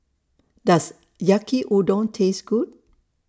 Does Yaki Udon Taste Good